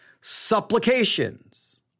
supplications